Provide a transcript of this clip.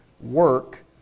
work